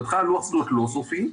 בהתחלה לוח זכויות לא סופי,